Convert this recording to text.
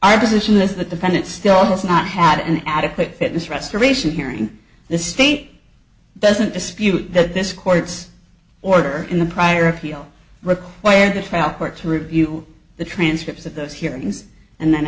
i position as the defendant still has not had an adequate fitness restoration hearing the state doesn't dispute that this court's order in the prior appeal required the trial court to review the transcripts of those hearings and then